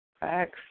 Thanks